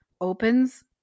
opens